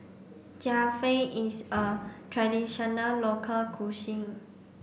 Japchae is a traditional local cuisine